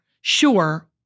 sure